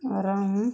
ଆରାମ